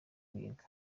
biga